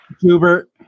Hubert